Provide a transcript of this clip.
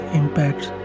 impacts